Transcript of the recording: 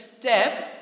Deb